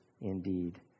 indeed